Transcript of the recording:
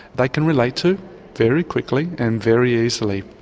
they can relate to very quickly and very easily.